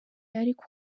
ariko